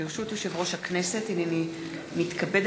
ברשות יושב-ראש הכנסת, הינני מתכבדת